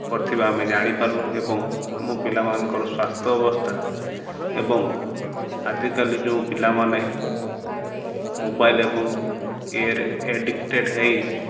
କରିଥିବା ଆମେ ଜାଣି ପାରିଲୁ ଏବଂ ଆମ ପିଲାମାନଙ୍କର ସ୍ୱାସ୍ଥ୍ୟ ଅବସ୍ଥା ଏବଂ ଆଜିକାଲି ଯେଉଁ ପିଲାମାନେ ମୋବାଇଲ୍ ଏବଂ ଇଏରେ ଏଡ଼ିକ୍ଟେଡ଼ ହେଇ